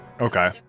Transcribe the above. Okay